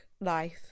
life